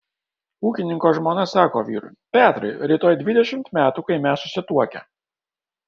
ūkininko žmona sako vyrui petrai rytoj dvidešimt metų kai mes susituokę